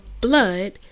blood